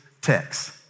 text